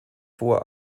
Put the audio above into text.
vor